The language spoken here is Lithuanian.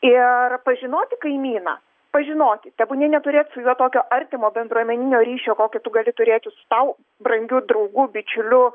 ir pažinoti kaimyną pažinoti tebūnie neturėt su juo tokio artimo bendruomeninio ryšio kokį tu gali turėti su tau brangiu draugu bičiuliu